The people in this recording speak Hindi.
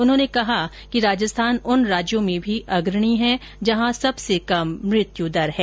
उन्होंने कहा कि राजस्थान उन राज्यों में भी अग्रणी है जहां सबसे कम मृत्यु दर है